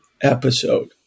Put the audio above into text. episode